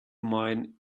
mine